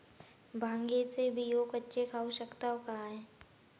भांगे चे बियो कच्चे खाऊ शकताव काय?